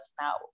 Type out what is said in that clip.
now